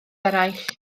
eraill